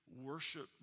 worship